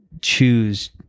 choose